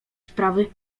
sprawy